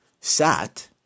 Sat